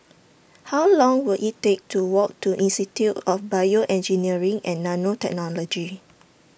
How Long Will IT Take to Walk to Institute of Bioengineering and Nanotechnology